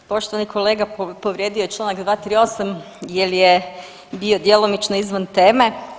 Poštovani kolega povrijedio je članak 238. jer je bio djelomično izvan teme.